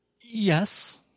Yes